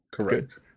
Correct